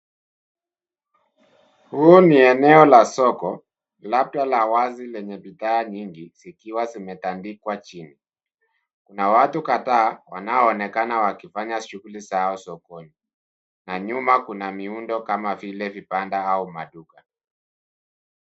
Huu ni eneo la soko labda la wazi lenye bidhaa nyingi zikiwa zimetandikwa chini. Kuna watu kadhaa wanaoonekana wakifanya shughuli zao sokoni, na nyuma kuna miundo kama vile vibanda au maduka.